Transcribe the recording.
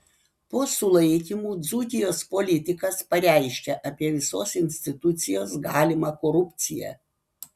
po sulaikymų dzūkijos politikas pareiškia apie visos institucijos galimą korupciją